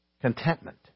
Contentment